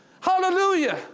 Hallelujah